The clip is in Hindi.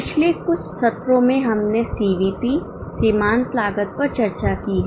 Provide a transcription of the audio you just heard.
पिछले कुछ सत्रों में हमने सीवीपी सीमांत लागत पर चर्चा की है